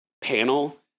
panel